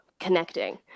Connecting